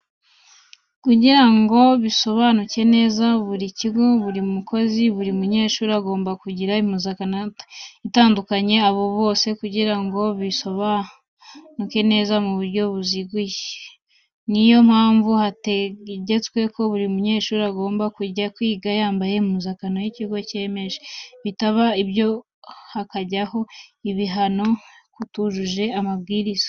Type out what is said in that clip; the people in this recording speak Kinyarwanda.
Kugira ngo bisobanuke neza buri kigo, buri mukozi, buri munyeshuri agomba kugira impuzankano itadukanya abo bose kugira ngo bisobanuke neza mu buryo buziguye, ni yo mpamvu hategetswe ko buri munyeshuri agomba kujya kwiga yambaye impuzankano y'ikigo cyemeje, bitaba ibyo hakajyaho ibihano k'utujuje amabwiriza.